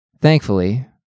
Thankfully